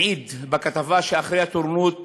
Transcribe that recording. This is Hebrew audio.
מעיד בכתבה שאחרי הטירונות